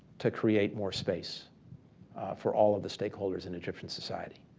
to create more space for all of the stakeholders in egyptian society.